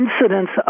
incidents